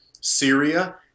Syria